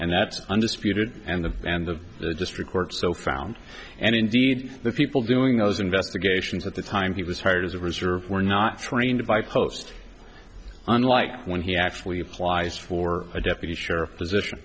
and that's undisputed and of and of the district court so found and indeed the people doing those investigations at the time he was hired as a reserve were not trained by post unlike when he actually applies for a deputy sheriff position